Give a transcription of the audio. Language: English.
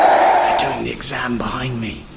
doing the exam behind me.